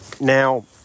Now